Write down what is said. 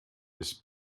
ist